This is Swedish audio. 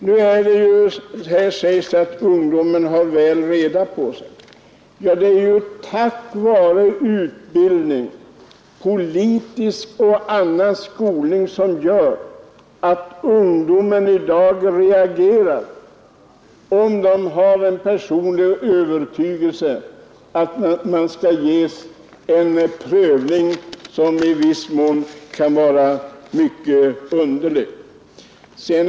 Nu talas det om att ungdomen har väl reda på sig. Ja, det är tack vare utbildning, politisk och annan skolning som ungdomarna i dag reagerar när de är övertygade om att den prövning de bestås i viss mån är mycket underlig.